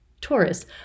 Taurus